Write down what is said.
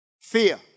Fear